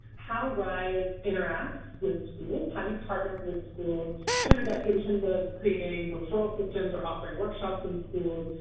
how ryse interacts with schools, how do you partner with schools, kind of like in terms of creating referral so systems or offering workshops in schools,